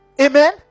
Amen